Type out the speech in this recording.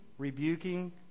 rebuking